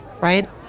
Right